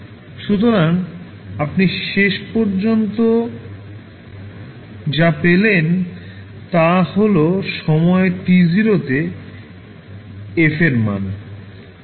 সুতরাং আপনি শেষ পর্যন্ত যা পেলেন তা হল সময় t0 তে f এর মান